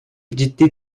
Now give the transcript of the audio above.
ciddi